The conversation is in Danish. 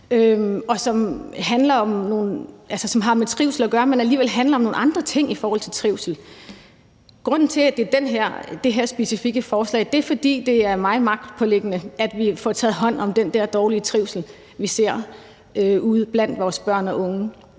og som har med trivsel at gøre, men alligevel handler om nogle andre ting i forhold til trivsel. Grunden til, at det er det her specifikke forslag, er, at det er mig magtpåliggende, at vi får taget hånd om den dårlige trivsel, vi ser ude blandt vores børn og unge